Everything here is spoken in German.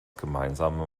gemeinsame